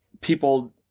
people